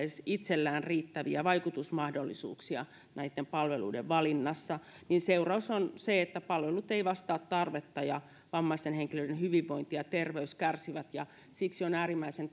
itsellään ole riittäviä vaikutusmahdollisuuksia näiden palveluiden valinnassa niin seuraus on se että palvelut eivät vastaa tarvetta ja vammaisten henkilöiden hyvinvointi ja terveys kärsivät siksi on äärimmäisen